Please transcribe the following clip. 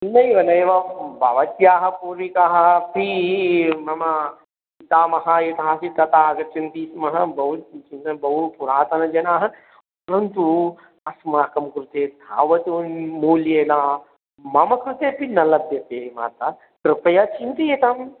नैव नैव भवत्याः पूर्विकाः अपि मम दामः यथा आसीत् तथा आगच्छन्ति स्म बहु बहुपुरातनजनाः परन्तु अस्माकं कृते तावत् मूल्येन मम कृतेपि न लभ्यते माता कृपया चिन्त्यताम्